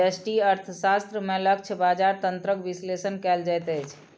व्यष्टि अर्थशास्त्र में लक्ष्य बजार तंत्रक विश्लेषण कयल जाइत अछि